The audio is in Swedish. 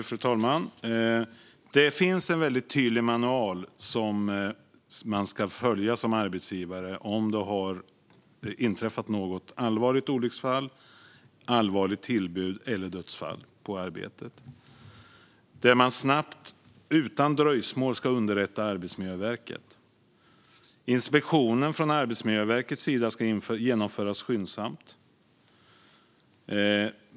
Fru talman! Det finns en väldigt tydlig manual som man ska följa som arbetsgivare om det har inträffat något allvarligt olycksfall, allvarligt tillbud eller dödsfall på arbetet. Arbetsmiljöverket ska underrättas snabbt och utan dröjsmål. Inspektionen från Arbetsmiljöverkets sida ska genomföras skyndsamt.